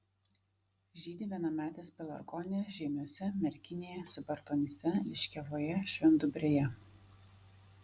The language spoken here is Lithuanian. žydi vienametės pelargonijos žiemiuose merkinėje subartonyse liškiavoje švendubrėje